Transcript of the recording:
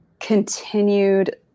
continued